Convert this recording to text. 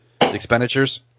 expenditures